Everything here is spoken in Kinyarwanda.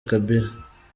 kabila